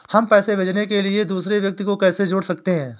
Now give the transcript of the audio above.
हम पैसे भेजने के लिए दूसरे व्यक्ति को कैसे जोड़ सकते हैं?